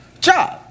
job